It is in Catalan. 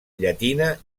llatina